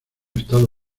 estado